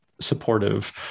supportive